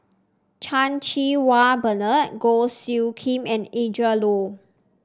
Chan Cheng Wah Bernard Goh Soo Khim and Adrin Loi